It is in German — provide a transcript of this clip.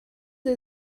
sie